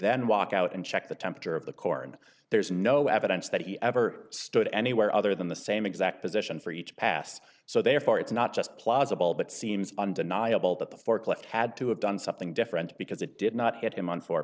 then walk out and check the temperature of the core and there's no evidence that he ever stood anywhere other than the same exact position for each pass so therefore it's not just plausible but seems undeniable that the forklift had to have done something different because it did not hit him on four